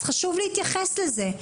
אז חשוב להתייחס לזה.